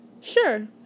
Sure